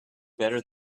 better